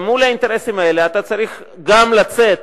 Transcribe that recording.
אתה גם צריך לצאת